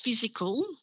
physical